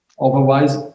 otherwise